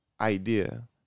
idea